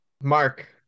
Mark